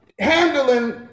handling